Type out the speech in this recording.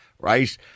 right